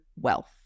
wealth